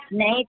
نہیں